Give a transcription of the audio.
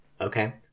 Okay